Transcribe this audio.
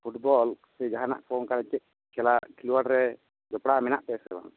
football ᱥᱮ ᱡᱟᱦᱟᱱᱟᱜ ᱠᱚ ᱪᱮᱫ ᱠᱷᱮᱞᱟ ᱠᱷᱮᱞᱳᱣᱟᱲ ᱨᱮ ᱡᱚᱯᱚᱲᱟᱣ ᱢᱮᱱᱟᱜ ᱯᱮᱭᱟ ᱥᱮ ᱵᱟᱝ